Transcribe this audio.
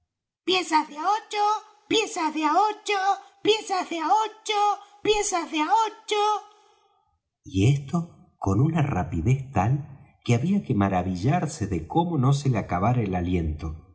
piezas de á ocho piezas de á ocho piezas de á ocho piezas de á ocho y esto con una rapidez tal que había que maravillarse de cómo no se le acababa el aliento